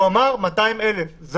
הוא אמר 200,000 תושבים.